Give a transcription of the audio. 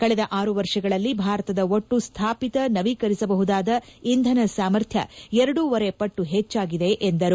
ಕಳೆದ ಆರು ವರ್ಷಗಳಲ್ಲಿ ಭಾರತದ ಒಟ್ಟು ಸ್ಡಾಪಿತ ನವೀಕರಿಸಬಹುದಾದ ಇಂಧನ ಸಾಮರ್ಥ್ನ ಎರಡೂವರೆಪಟ್ಟು ಹೆಚ್ಚಾಗಿದೆ ಎಂದರು